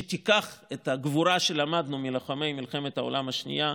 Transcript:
שתיקח את הגבורה שלמדנו מלוחמי מלחמת העולם השנייה,